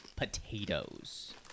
potatoes